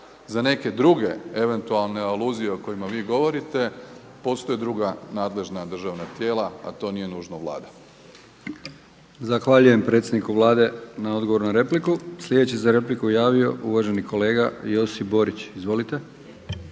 Za neke druge eventualne aluzije o kojima vi govorite postoje druga nadležna državna tijela, a to nije nužno Vlada.